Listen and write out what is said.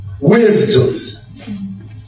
wisdom